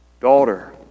daughter